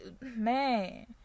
man